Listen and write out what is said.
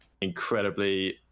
incredibly